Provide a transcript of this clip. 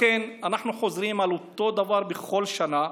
לכן אנחנו חוזרים על אותו דבר בכל שנה.